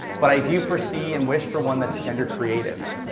but i do foresee and wish for one that's gender creative